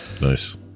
nice